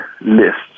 lists